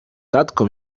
tatko